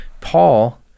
Paul